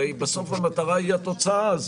הרי בסוף המטרה היא התוצאה.